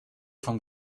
vom